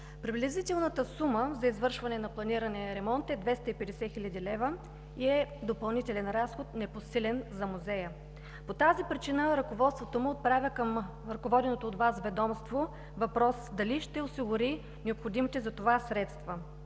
Приблизителната сума за извършване на планирания ремонт е 250 хил. лв. и е допълнителен разход, непосилен за музея. По тази причина ръководството му отправя към ръководеното от Вас ведомство въпроса: дали ще осигури необходимите за това средства?